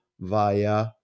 via